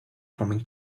forming